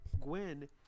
Gwen